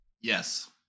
Yes